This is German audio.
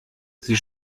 sie